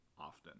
often